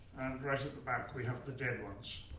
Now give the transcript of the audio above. and right at the back, we have the dead ones.